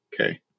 okay